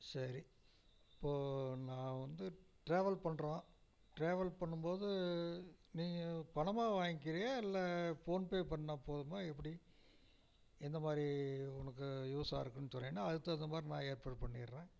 சரி இப்போது நான் வந்து ட்ராவல் பண்ணுறோம் ட்ராவல் பண்ணும்போது நீங்கள் பணமாக வாங்கிக்கிறியா இல்லை ஃபோன்பே பண்ணால் போதுமா எப்படி எந்த மாதிரி உனக்கு யூஸாக இருக்குன்னு சொன்னேனா அதுக்கு தகுந்த மாதிரி நான் ஏற்பாடு பண்ணிடுறேன்